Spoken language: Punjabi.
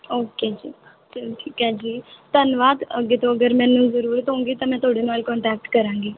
ਓਕੇ ਜੀ ਚਲੋ ਠੀਕ ਹੈ ਜੀ ਧੰਨਵਾਦ ਅੱਗੇ ਤੋਂ ਅਗਰ ਮੈਨੂੰ ਜ਼ਰੂਰਤ ਹੋਵੇਗੀ ਤਾਂ ਮੈਂ ਤੁਹਾਡੇ ਨਾਲ਼ ਕੋਨਟੈਕਟ ਕਰਾਂਗੀ